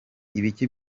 ibiki